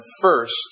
first